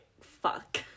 fuck